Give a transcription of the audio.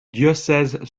diocèse